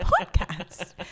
podcast